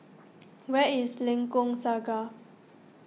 where is Lengkok Saga